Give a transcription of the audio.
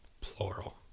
Plural